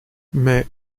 mais